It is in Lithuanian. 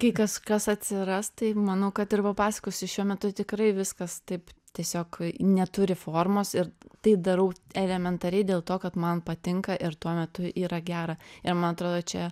kai kas kas atsiras tai manau kad ir papasakosiu šiuo metu tikrai viskas taip tiesiog neturi formos ir tai darau elementariai dėl to kad man patinka ir tuo metu yra gera ir man atrodo čia